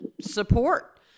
support